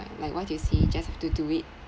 like what you see just have to do it